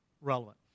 relevant